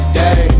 day